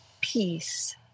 peace